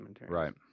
Right